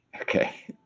Okay